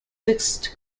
fixed